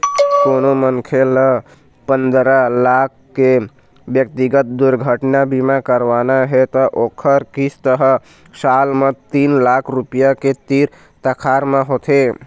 कोनो मनखे ल पंदरा लाख के ब्यक्तिगत दुरघटना बीमा करवाना हे त ओखर किस्त ह साल म तीन लाख रूपिया के तीर तखार म होथे